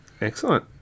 Excellent